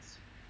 oof